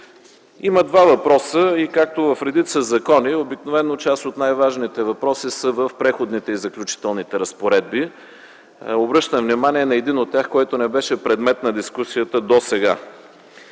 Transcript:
Има два въпроса и както в редица закони обикновено част от най-важните въпроси са в Преходните и заключителните разпоредби. Обръщам внимание на един от тях, който не беше предмет на дискусията досега.